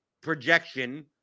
projection